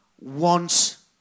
wants